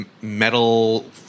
metal